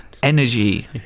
energy